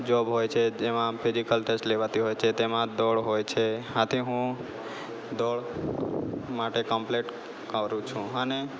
job હોય છે જેમાં ફિઝિકલ ટેસ્ટ લેવાતી હોય છે તેમાં દોડ હોય છે આથી હું દોડ માટે કમ્પ્લેટ આવરું છું અને